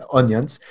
Onions